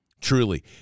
Truly